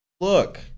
look